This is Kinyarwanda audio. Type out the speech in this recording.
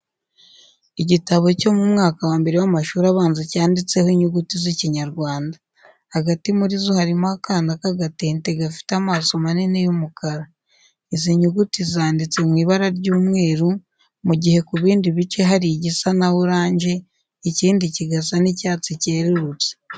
Igitabo cyo mu mwaka wa mbere w'amashuri abanza cyanditseho inyuguti z'Ikinyarwanda. Hagati muri zo harimo akana k'agatente gafite amaso manini y'umukara. Izi nyuguti zanditse mu ibara ry'umweru, mu gihe ku bindi bice hari igisa na oranje, ikindi kigasa n'icyatsi cyerurutse.